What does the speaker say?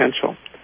potential